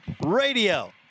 Radio